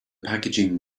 packaging